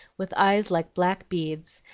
with eyes like black beads,